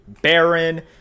Baron